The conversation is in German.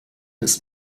ist